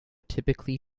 typically